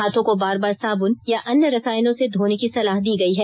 हाथों को बार बार साबुन या अन्य रसायनों से धोने की सलाह दी गई है